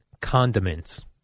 condiments